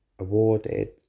awarded